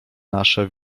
nasze